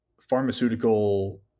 pharmaceutical